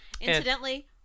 Incidentally